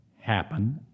happen